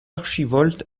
archivolte